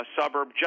suburb